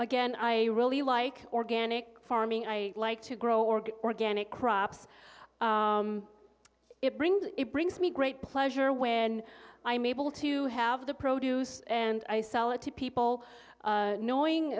again i really like organic farming i like to grow organic crops it brings it brings me great pleasure when i'm able to have the produce and i sell it to people knowing